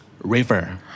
River